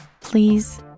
please